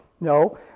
no